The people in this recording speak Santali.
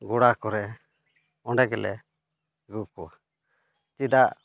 ᱜᱳᱲᱟ ᱠᱚᱨᱮᱜ ᱚᱸᱰᱮ ᱜᱮᱞᱮ ᱫᱚᱦᱚ ᱠᱚᱣᱟ ᱪᱮᱫᱟᱜ